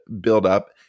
buildup